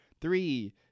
three